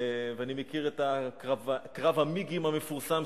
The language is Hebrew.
ואני מכיר את קרב ה"מיגים" המפורסם,